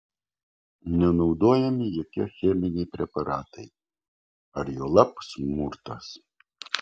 nenaudojami jokie cheminiai preparatai ar juolab smurtas